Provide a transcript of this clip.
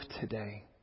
today